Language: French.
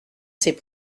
ces